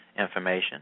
information